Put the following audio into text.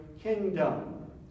kingdom